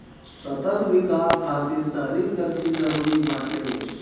सतत विकास खातिर शहरी कृषि जरूरी बाटे